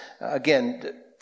again